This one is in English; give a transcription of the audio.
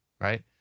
Right